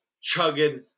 chugging